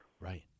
Right